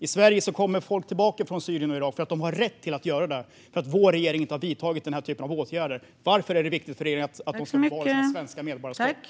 I Sverige kommer folk tillbaka från Syrien och Irak för att de har rätt att göra det eftersom vår regering inte har vidtagit den här typen av åtgärder. Varför är det viktigt för regeringen att de ska få behålla sitt svenska medborgarskap?